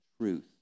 truth